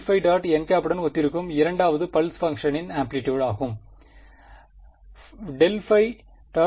nஉடன் ஒத்திருக்கும் இரண்டாவது பல்ஸ் பங்க்ஷனின் ஆம்ப்ளிடியூட் ஆகும் ∇ϕ